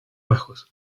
bajos